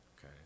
okay